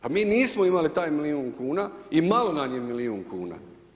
Pa mi nismo imali taj milijun kuna i malo nam je milijun kuna.